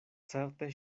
certe